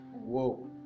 Whoa